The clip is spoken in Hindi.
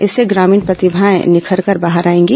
इससे ग्रामीण प्रतिभाएं निखरकर बाहर आएंगी